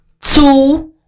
two